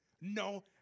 No